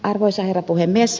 arvoisa herra puhemies